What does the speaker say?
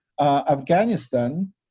Afghanistan